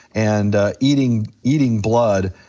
and eating eating blood,